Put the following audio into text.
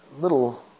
little